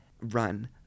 run